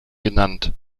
genannt